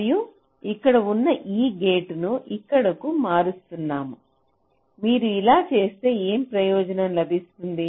మరియు అక్కడ ఉన్న ఈ గేట్ ను ఇక్కడకు మారుస్తున్నాము మీరు ఇలా చేస్తే ఏ ప్రయోజనం లభిస్తుంది